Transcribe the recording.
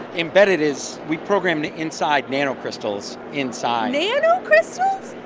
embedded is we program and inside nanocrystals inside nanocrystals?